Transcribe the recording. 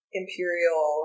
imperial